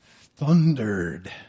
thundered